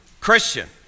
Christian